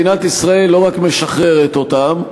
מדינת ישראל לא רק משחררת אותם,